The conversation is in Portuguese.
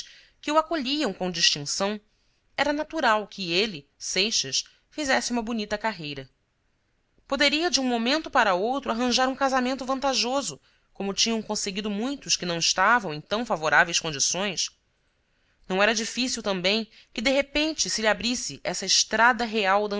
que o acolhiam com distinção era natural que ele seixas fizesse uma bonita carreira poderia de um momento para outro arranjar um casamento vantajoso como tinham conseguido muitos que não estavam em tão favoráveis condições não era difícil também que de repente se lhe abrisse essa estrada real